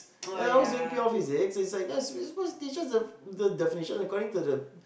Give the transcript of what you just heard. ya I was doing pure physics is like yeah he is supposed to teach us the the definitions according to the